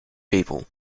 people